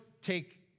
take